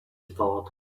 thought